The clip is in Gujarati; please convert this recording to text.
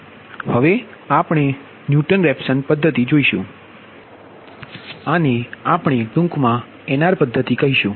હવે આપણે ન્યુટન રેફસન પદ્ધતિ જોઇશુ આને આપણે ટુંકમા NR પદ્ધતિ પદ્ધતિ કહીશુ